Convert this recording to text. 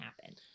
happen